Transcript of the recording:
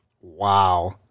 Wow